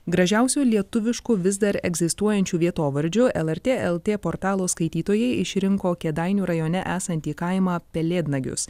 gražiausių lietuviškų vis dar egzistuojančių vietovardžių lrt lt portalo skaitytojai išrinko kėdainių rajone esantį kaimą pelėdnagius